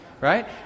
right